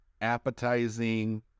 appetizing